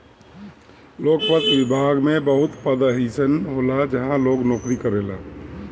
लोक वित्त विभाग में बहुत पद अइसन होला जहाँ लोग नोकरी करेला